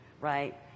right